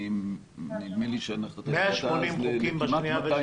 נדמה לי -- 180 חוקים בקריאה שנייה ושלישית.